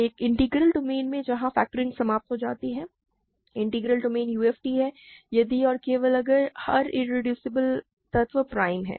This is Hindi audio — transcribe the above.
एक इंटीग्रल डोमेन में जहां फैक्टरिंग समाप्त हो जाती है कि इंटीग्रल डोमेन UFD है यदि और केवल अगर हर इरेड्यूसबल तत्व प्राइम है